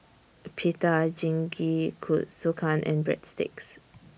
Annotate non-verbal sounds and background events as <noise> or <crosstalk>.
Pita <unintelligible> and Breadsticks